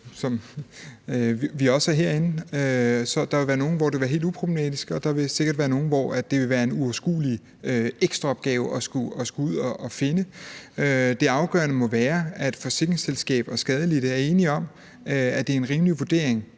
som vi også er herinde. Så der vil være nogle, hvor det vil være helt uproblematisk, og der vil sikkert være nogle, hvor det vil være en uoverskuelig ekstraopgave at skulle ud at finde en. Det afgørende må være, at forsikringsselskabet og den skadelidte er enige om, at det er en rimelig vurdering,